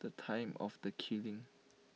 the time of the killing